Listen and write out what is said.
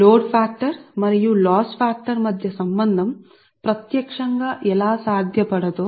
plus load factor మరియు loss factor మధ్య ఉన్న సంబంధం ఎలాప్రత్యక్షంగా సాధ్యం కాదని మనం చూశాము కాని కొన్ని సంబంధాలు ఏర్పడ్డాయి